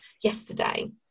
yesterday